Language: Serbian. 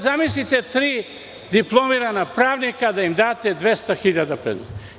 Zamislite sada tri diplomirana pravnika i da im date 200 hiljada predmeta.